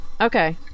Okay